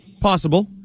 Possible